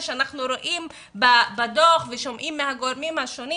שאנחנו רואים בדוח ושומעים מהגורמים השונים,